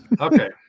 Okay